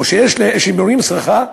או שהם בונים סככה,